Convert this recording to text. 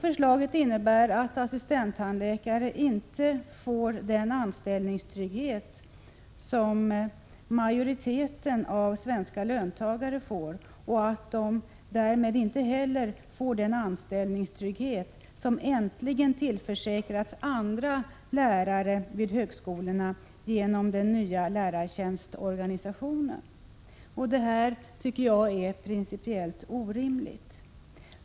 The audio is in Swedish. Förslaget innebär att assistenttandläkare inte får den anställningstrygghet som tillkommer majoriteten av svenska löntagare och att de därmed inte heller får den 25 anställningstrygghet, som äntligen tillförsäkrats andra lärare vid högskolorna genom den nya lärartjänstorganisationen. Detta är principiellt orimligt.